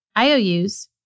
IOUs